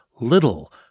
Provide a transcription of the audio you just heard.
little